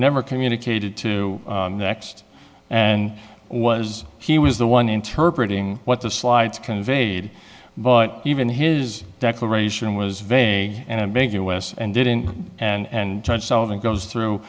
never communicated to next and was he was the one interpret ing what the slides conveyed but even his declaration was vague and ambiguous and didn't and trying to solve it goes through